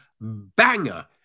banger